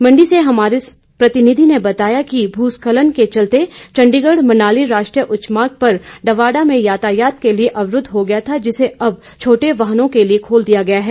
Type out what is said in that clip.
मंडी ने हमारे प्रतिनिधि ने बताया है कि मू स्खलन के चलते चंडीगढ़ मनाली राष्ट्रीय उच्चमार्ग पर डवाडा में यातायात के लिए अवरूद्व हो गया था जिसे अब छोटे वाहनों के लिए खोल दिया गया है